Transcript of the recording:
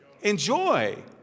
enjoy